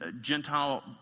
Gentile